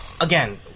again